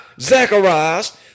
Zacharias